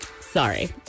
sorry